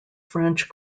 french